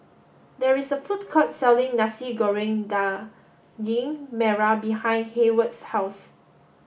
there is a food court selling Nasi Goreng Daging Merah behind Heyward's house